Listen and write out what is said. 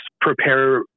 prepare